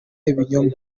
ibinyoma